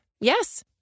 Yes